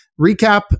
recap